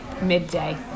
midday